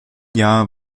jahr